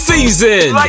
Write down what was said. Season